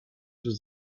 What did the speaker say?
was